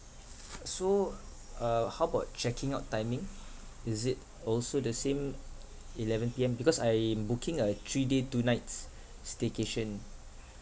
so uh how about checking out timing is it also the same eleven P_M because I'm booking a three day two nights staycation